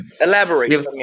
Elaborate